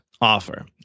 offer